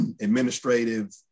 administrative